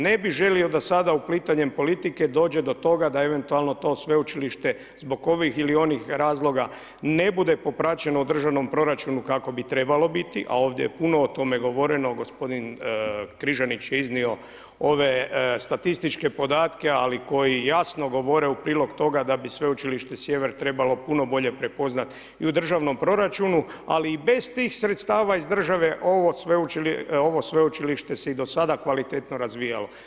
Ne bih želio da sada uplitanjem politike dođe do toga da eventualno to sveučilište zbog ovih ili onih razloga ne bude popraćeno u državnom proračunu kako bi trbalo biti, a ovdje je puno o tome govoreno, gospodin Križanić je iznio ove statističke podatke, ali koji jasno govore u prilog toga da bi Sveučilište Sjever trebalo puno bolje prepoznat i u državnom proračunu, ali i bez tih sredstava iz države, ovo sveučilište se i do sada kvalitetno razvijalo.